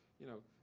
you know,